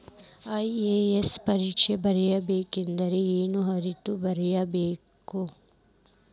IAS ಪರೇಕ್ಷೆ ಬರಿಬೆಕಂದ್ರ ಏನ್ ಅರ್ಹತೆ ಇರ್ಬೇಕ?